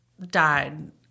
died